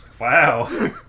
wow